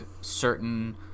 certain